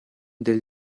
del